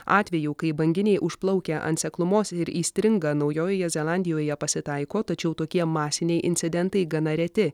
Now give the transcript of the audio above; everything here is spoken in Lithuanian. atvejų kai banginiai užplaukia ant seklumos ir įstringa naujojoje zelandijoje pasitaiko tačiau tokie masiniai incidentai gana reti